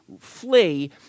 flee